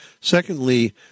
Secondly